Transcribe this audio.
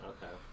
Okay